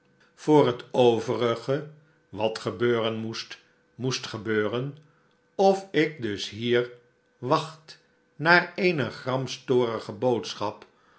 voor het overige wat gebeuren moest moest gebeuren of ik dus hier wacht naar eene